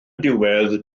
diwedd